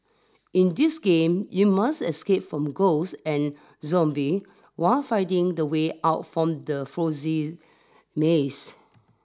in this game you must escape from ghost and zombie while finding the way out from the fozy maze